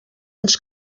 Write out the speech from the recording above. ens